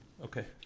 okay